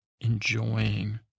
enjoying